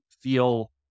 feel